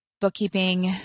bookkeeping